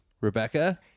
Rebecca